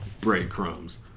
breadcrumbs